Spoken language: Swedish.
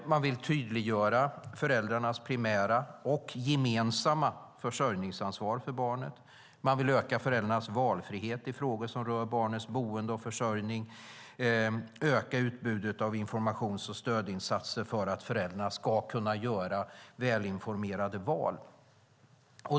Man vill tydliggöra föräldrarnas primära och gemensamma försörjningsansvar för barnen. Man vill öka föräldrarnas valfrihet i frågor som rör barnens boende och försörjning och öka utbudet av informations och stödinsatser för att föräldrarna ska kunna göra välinformerade val.